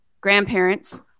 grandparents